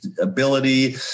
ability